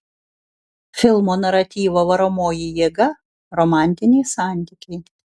filmo naratyvo varomoji jėga romantiniai santykiai